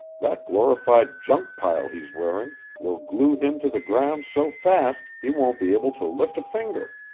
that glorified junk pile he's wearing will glue him to the ground so fast he won't be able to lift a finger!